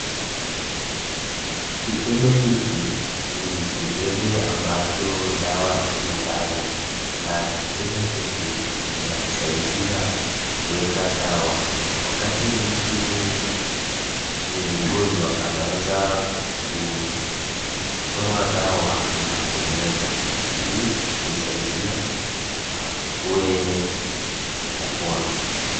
Kikembe hiki ni kikembe ambacho dawa imo ndani na kikembe hiki kinasaidia kuweka dawa ,wakati mtu ni mgonjwa anaweza kutoa dawa na kumeza ili kumsaidia akuwe kupona.